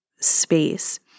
space